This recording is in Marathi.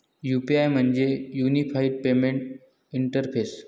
यू.पी.आय म्हणजे युनिफाइड पेमेंट इंटरफेस